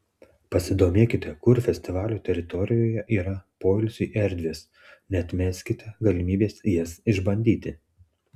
pasidomėkite kur festivalio teritorijoje yra poilsiui erdvės neatmeskite galimybės jas išbandyti